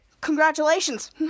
Congratulations